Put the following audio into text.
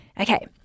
Okay